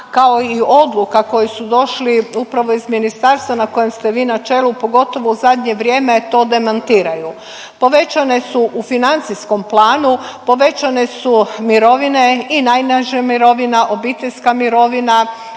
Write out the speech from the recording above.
kao i odluka koji su došli upravo iz ministarstva na kojem ste vi na čelu, pogotovo u zadnje vrijeme to demantiraju. Povećane su u financijskom planu, povećane su mirovine i najniža mirovina, obiteljske mirovina,